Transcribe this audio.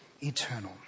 eternal